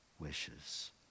wishes